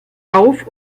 auf